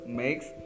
makes